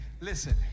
Listen